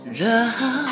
love